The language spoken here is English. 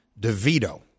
DeVito